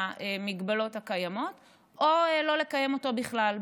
במגבלות הקיימות או לא לקיים אותו בכלל.